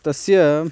तस्य